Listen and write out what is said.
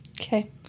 Okay